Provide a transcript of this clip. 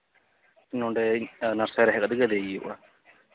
ᱱᱚᱸᱰᱮᱧ ᱱᱟᱨᱥᱟᱨᱤ ᱨᱮ ᱦᱮᱡ ᱠᱟᱛᱮᱫ ᱜᱮ ᱤᱫᱤ ᱦᱩᱭᱩᱜᱼᱟ